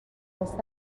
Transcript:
پسر